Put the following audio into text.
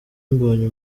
mbonye